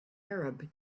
arab